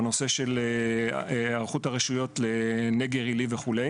בנושא של היערכות הרשויות לנגר עילי וכו'.